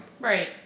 Right